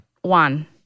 One